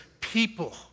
People